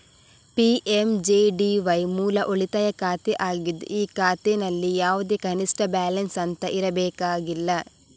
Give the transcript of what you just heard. PMJDY ಮೂಲ ಉಳಿತಾಯ ಖಾತೆ ಆಗಿದ್ದು ಈ ಖಾತೆನಲ್ಲಿ ಯಾವುದೇ ಕನಿಷ್ಠ ಬ್ಯಾಲೆನ್ಸ್ ಅಂತ ಇರಬೇಕಾಗಿಲ್ಲ